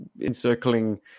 encircling